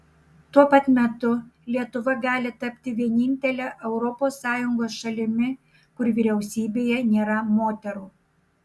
tuo pat metu lietuva gali tapti vienintele europos sąjungos šalimi kur vyriausybėje nėra moterų